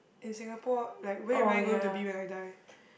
in Singapore like where am I going to be when I die